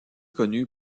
connu